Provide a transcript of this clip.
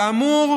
כאמור,